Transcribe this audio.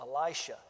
Elisha